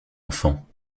enfant